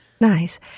Nice